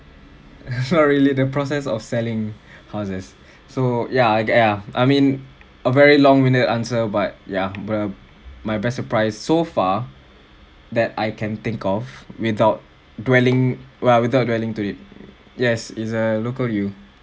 not really the process of selling houses so yeah ya I mean a very long winded answer but ya my best surprise so far that I can think of without dwelling well without dwelling to it yes is a local U